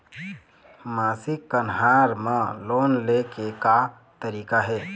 मासिक कन्हार म लोन ले के का तरीका हे?